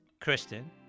Kristen